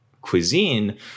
cuisine